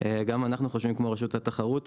גם אנחנו חושבים כמו רשות התחרות,